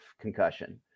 concussion